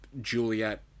Juliet